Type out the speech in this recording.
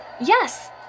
yes